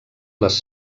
les